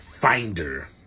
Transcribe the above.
finder